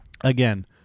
Again